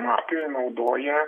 mafija naudoja